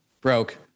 broke